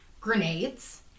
grenades